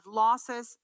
losses